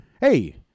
Hey